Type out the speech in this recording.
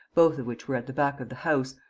both of which were at the back of the house,